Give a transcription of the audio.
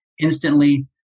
instantly